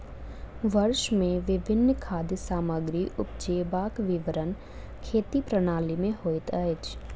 वर्ष मे विभिन्न खाद्य सामग्री उपजेबाक विवरण खेती प्रणाली में होइत अछि